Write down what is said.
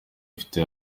bifite